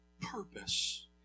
purpose